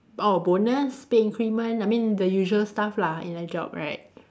oh bonus pay increment I mean the usual stuff lah in a job right